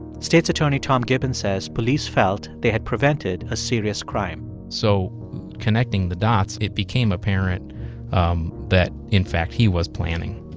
state's attorney tom gibbons says police felt they had prevented a serious crime so connecting the dots, it became apparent um that, in fact, he was planning.